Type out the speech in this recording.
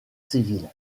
civile